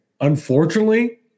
unfortunately